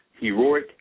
heroic